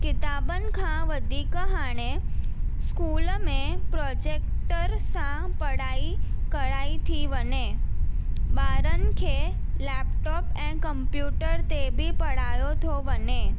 क़िताबनि खां वधीक हाणे स्कूल में प्रोजेक्टर सां पढ़ाई कराई थी वञे ॿारनि खे लेपटॉप ऐं कंप्यूटर ते बि पढ़ायो थो वञे